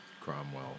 Cromwell